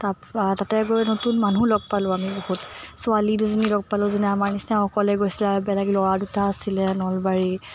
তাত তাতে গৈ নতুন মানুহ লগ পালোঁ আমি বহুত ছোৱালী দুজনী লগ পালোঁ যোনে আমাৰ নিচিনা অকলে গৈছিলে আৰু বেলেগ ল'ৰা দুটা আছিলে নলবাৰীৰ